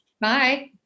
Bye